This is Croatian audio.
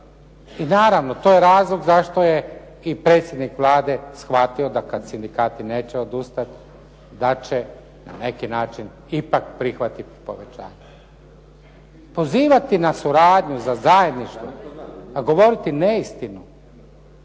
I naravno, to je razlog zašto je i predsjednik Vlade shvatio da kad sindikati neće odustati, da će na neki način ipak prihvatiti povećanje. Pozivati nas u radnju za … /Govornik se ne